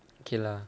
K lah